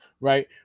right